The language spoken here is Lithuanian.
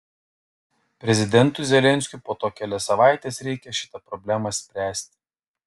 prezidentui zelenskiui po to kelias savaites reikia šitą problemą spręsti